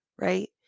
right